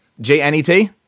J-N-E-T